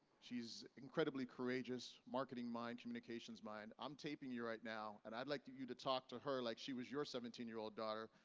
she's incredibly courageous. marketing mind, communications mind. i'm taping you right now, and i'd like do you to talk to her, like she was your seventeen year old daughter.